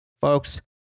Folks